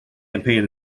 campaign